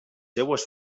seues